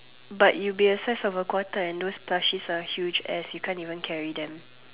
but you be size of a quarter and those plushiest are huge as you can't even carry them